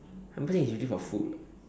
harvesting is really for food [what]